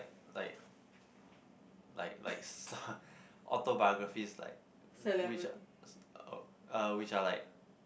like like like autobiographies like which uh which are like